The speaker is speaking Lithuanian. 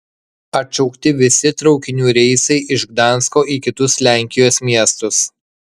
atšaukti visi traukinių reisai iš gdansko į kitus lenkijos miestus